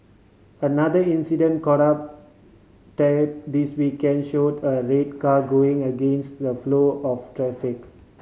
another incident caught on tape this weekend showed a red car going against the flow of traffic